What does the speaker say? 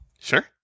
Sure